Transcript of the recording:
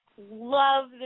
love